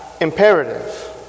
imperative